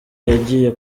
yagiye